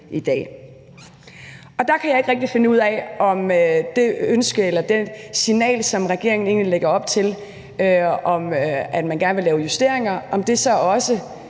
i dag. Og der kan jeg ikke rigtig finde ud af, om det ønske eller det signal, som regeringen egentlig lægger op til, nemlig at man gerne vil lave justeringer, så også